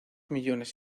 millones